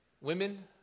Women